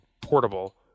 portable